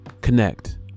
connect